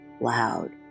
loud